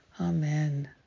Amen